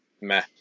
meh